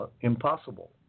impossible